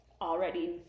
already